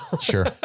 Sure